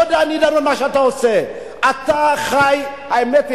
לא דני דנון, מה שאתה עושה, אתה חי באוויר.